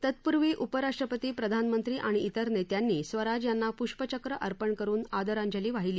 तत्पूर्वी उपराष्ट्रपती प्रधानमक्ती आणि इतर नेत्यात्ती स्वराज यात्ती प्रष्पचक्र अपर्ण करुन आदरात्ती वाहिली